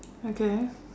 okay